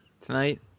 tonight